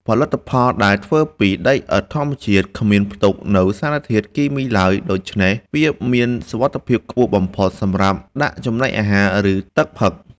ផលិតផលដែលធ្វើពីដីឥដ្ឋធម្មជាតិគ្មានផ្ទុកនូវសារធាតុគីមីឡើយ ដូច្នេះ វាមានសុវត្ថិភាពខ្ពស់បំផុតសម្រាប់ដាក់ចំណីអាហារ ឬ ទឹកផឹក។